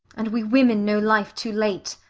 and we women know life too late.